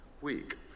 week